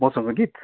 मसँग गीत